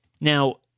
Now